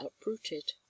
uprooted